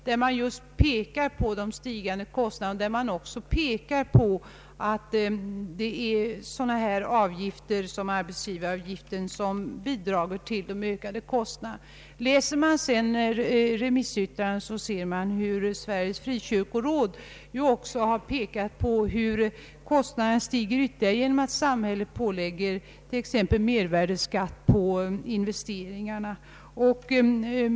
Motionärerna betonar de stigande kostnaderna och även att olika avgifter — exempelvis arbetsgivaravgifter — bidrar till att öka kostnaderna. Sveriges frikyrkoråd har i sitt remissyttrande pekat på hur kostnaderna stiger ytterligare genom att samhället exempelvis lägger mervärdeskatt på investeringarna.